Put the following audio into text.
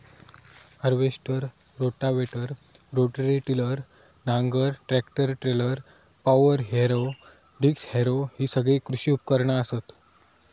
harvester, rotavator, rotary tiller, नांगर, tractor trailer, power harrow, disc harrow हि सगळी कृषी उपकरणा असत